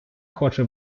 хоче